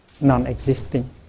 non-existing